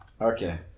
Okay